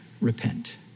repent